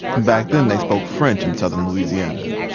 back then they spoke french in southern louisiana,